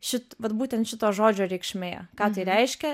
šit vat būtent šito žodžio reikšmė ką tai reiškia